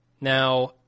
now